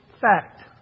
fact